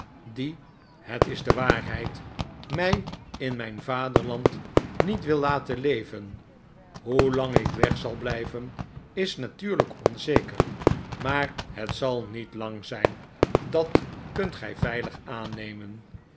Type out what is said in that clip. die het is de waarheid mij in mijn vaderland niet wil laten leven hoelang ik weg zal blijven is natuurlijk onzeker maar het zal niet lang zijn dat kunt gij veilig aannemen